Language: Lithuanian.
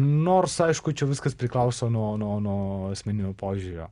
nors aišku čia viskas priklauso nuo nuo nuo asmeninio požiūrio